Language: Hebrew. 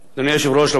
רבותי חברי הכנסת,